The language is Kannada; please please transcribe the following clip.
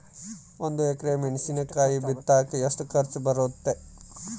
ಒಂದು ಎಕರೆ ಮೆಣಸಿನಕಾಯಿ ಬಿತ್ತಾಕ ಎಷ್ಟು ಖರ್ಚು ಬರುತ್ತೆ?